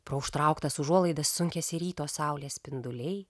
pro užtrauktas užuolaidas sunkiasi ryto saulės spinduliai